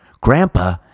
Grandpa